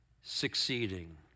succeeding